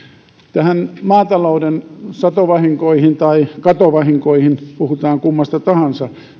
näihin maatalouden satovahinkoihin tai katovahinkoihin puhutaan kummasta tahansa